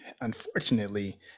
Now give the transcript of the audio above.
unfortunately